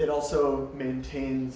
it also maintain